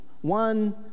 one